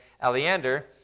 Aleander